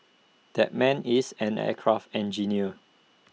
that man is an aircraft engineer